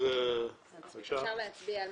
אפשר להצביע,